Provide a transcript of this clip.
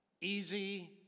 easy